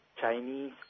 Chinese